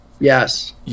Yes